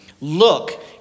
Look